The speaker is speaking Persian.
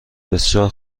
بسیار